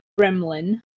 gremlin